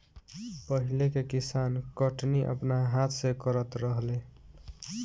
पहिले के किसान कटनी अपना हाथ से करत रहलेन